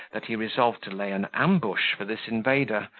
that he resolved to lay an ambush for this invader,